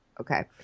okay